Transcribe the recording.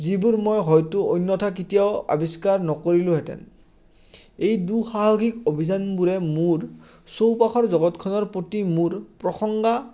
যিবোৰ মই হয়তো অন্যথা কেতিয়াও আৱিষ্কাৰ নকৰিলোহেঁতেন এই দুঃসাহসিক অভিযানবোৰে মোৰ চৌপাশৰ জগতখনৰ প্ৰতি মোৰ প্ৰসংগা